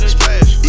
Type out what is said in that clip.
Splash